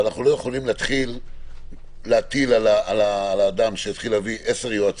אבל אנחנו לא יכולים להתחיל להטיל על האדם להביא עשרה יועצים,